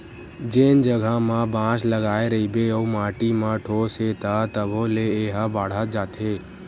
जेन जघा म बांस लगाए रहिबे अउ माटी म ठोस हे त तभो ले ए ह बाड़हत जाथे